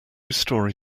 story